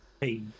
Hey